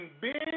big